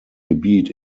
gebiet